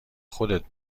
خودت